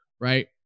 Right